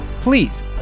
please